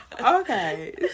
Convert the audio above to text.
Okay